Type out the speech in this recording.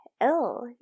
ill